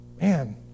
Man